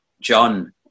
John